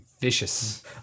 vicious